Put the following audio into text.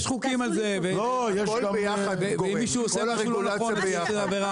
יש חוקים על זה ואם מישהו עושה משהו לא נכון זאת עבירה.